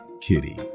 Kitty